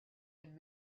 and